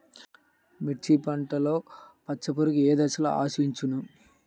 మిర్చిలో పచ్చ పురుగు ఏ దశలో ఆశించును?